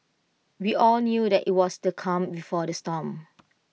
we all knew that IT was the calm before the storm